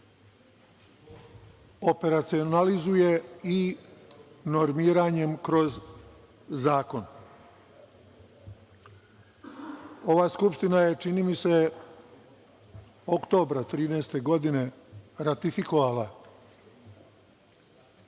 operacionalizuje i normiranjem kroz zakon. Ova Skupština je, čini mi se, oktobra 2013. godine ratifikovala